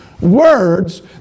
words